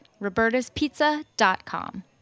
robertaspizza.com